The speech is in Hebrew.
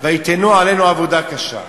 "ויִתנו עלינו עבודה קשה"